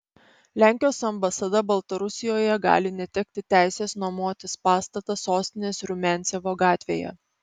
lenkijos ambasada baltarusijoje gali netekti teisės nuomotis pastatą sostinės rumiancevo gatvėje